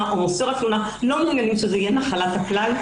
או מוסר התלונה לא מעוניינים שזה יהיה נחלת הכלל,